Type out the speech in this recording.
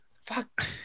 Fuck